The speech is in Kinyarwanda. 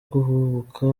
guhubuka